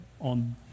on